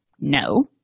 No